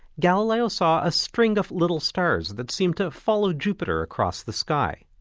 galileo saw a string of little stars that seemed to follow jupiter across the sky.